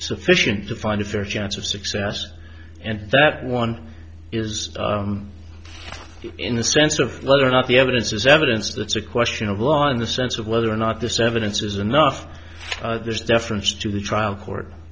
sufficient to find a fair chance of success and that one is in the sense of whether or not the evidence is evidence that's a question of law in the sense of whether or not this evidence is enough there's deference to the trial court